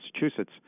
Massachusetts